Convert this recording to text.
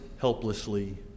helplessly